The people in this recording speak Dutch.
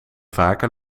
vaker